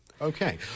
Okay